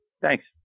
Thanks